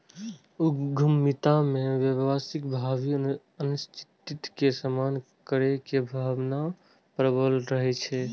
उद्यमिता मे व्यवसायक भावी अनिश्चितता के सामना करै के भावना प्रबल रहै छै